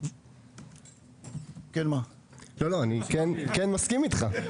אני מסכים איתך.